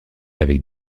avec